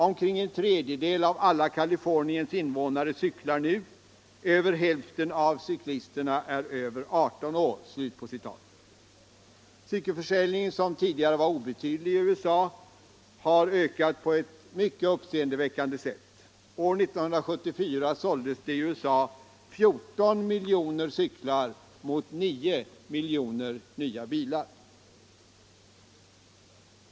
Omkring en tredjedel av alla Kaliforniens invånare cyklar nu. Över hälften av cyklisterna är över 18 år.” Cykelförsäljningen, som tidigare var obetydlig i USA, har ökat på ett mycket uppseendeväckande sätt. År 1974 såldes det i USA 14 miljoner cyklar mot 9 miljoner nya bilar.